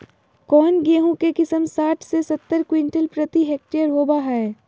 कौन गेंहू के किस्म साठ से सत्तर क्विंटल प्रति हेक्टेयर होबो हाय?